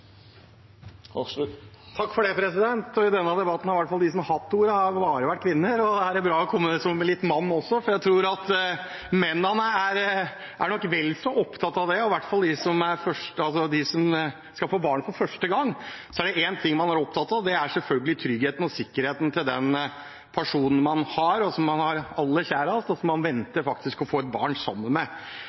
I denne debatten har det i hvert fall hittil bare vært kvinner som har hatt ordet her. Da er det bra at det kommer en mann også, for jeg tror at mennene nok er vel så opptatt av det. I hvert fall for dem som skal få barn for første gang, er det én ting man er opptatt av, og det er selvfølgelig tryggheten og sikkerheten til den personen man har aller kjærest, og som man faktisk venter et barn sammen med.